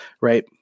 right